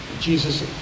Jesus